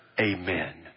amen